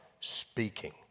speaking